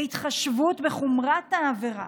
בהתחשב בחומרת העבירה,